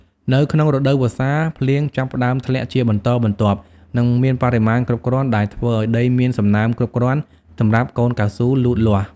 នៅក្នុងរដូវវស្សា ភ្លៀងចាប់ផ្តើមធ្លាក់ជាបន្តបន្ទាប់ និងមានបរិមាណគ្រប់គ្រាន់ ដែលធ្វើឱ្យដីមានសំណើមគ្រប់គ្រាន់សម្រាប់កូនកៅស៊ូលូតលាស់។